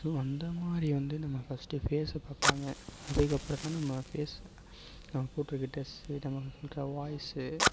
so அந்த மாதிரி வந்து நம்ம ஃபஸ்ட்டு ஃபேஸ்ஸை பார்ப்பாங்க அதுக்கப்புறம் தான் நம்ம ஃபேஸ் நம்ம போட்டிருக்க ட்ரெஸ்ஸு நம்ம சொல்லுற வாய்ஸ்ஸு